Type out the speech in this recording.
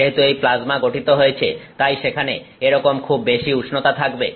যেহেতু এই প্লাজমা গঠিত হয়েছে তাই সেখানে এরকম খুব বেশি উষ্ণতা থাকবে